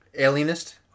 alienist